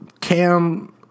Cam